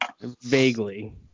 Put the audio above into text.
Vaguely